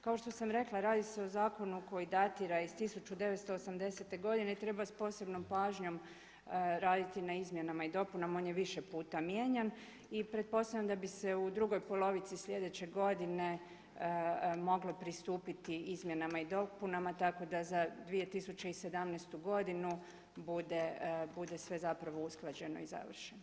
Kao što sam rekla radi se o zakonu koji datira iz 1980. godine i treba s posebnom pažnjom raditi na izmjenama i dopunama, on je više puta mijenjan i pretpostavljam da bi se u drugoj polovici slijedeće godine moglo pristupiti izmjenama i dopunama tako da za 2017. godinu bude sve zapravo usklađeno i završeno.